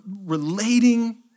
relating